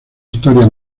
historia